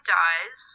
dies